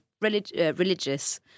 religious